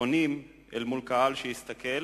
אונים אל מול קהל שהסתכל